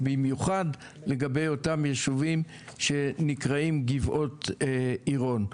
במיוחד לגבי אותם יישובים שנקראים גבעות עירון.